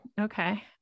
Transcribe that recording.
Okay